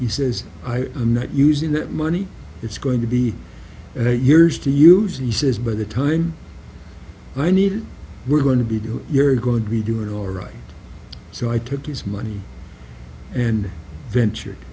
he says i i'm not using that money it's going to be yours to use he says by the time i needed we're going to beat you you're going to be doing all right so i took his money and ventured